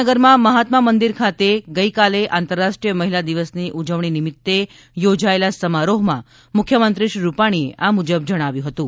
ગાંધીનગરમાં મહાત્મા મંદિર ખાતે ગઇકાલે આંતરરા ષ્ટ્રીય મહિલા દિવસની ઉજવણી નિમિતે યોજાયેલા સમારોહમાં મુખ્યમંત્રી શ્રીરૂપાણીએ આ મુજબ જણાવ્યું હતું